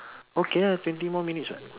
okay lah twenty minutes more [what]